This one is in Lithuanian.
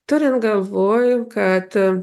todėl galvoju kad